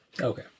Okay